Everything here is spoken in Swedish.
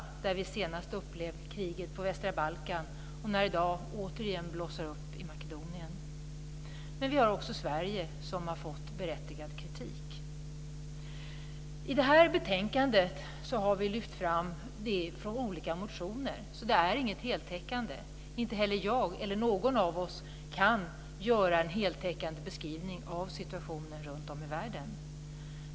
Där har vi senast upplevt kriget på västra Balkan, som i dag återigen blossar upp i Makedonien. Men också Sverige har fått berättigad kritik. I detta betänkande har vi lyft fram frågor som tagits upp i olika motioner. Det är inte heltäckande. Varken jag eller någon annan av oss kan göra en heltäckande beskrivning av situationen runtom i världen.